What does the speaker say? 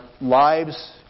lives